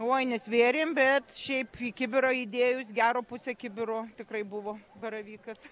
oi nesvėrėm bet šiaip į kibirą įdėjus gero pusė kibiro tikrai buvo baravykas